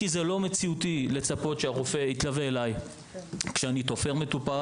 כי זה לא מציאותי לצפות שהרופא יתלווה אליי כשאני תופר מטופל